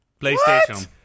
PlayStation